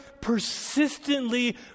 persistently